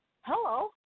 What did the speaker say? Hello